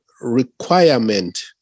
requirement